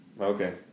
Okay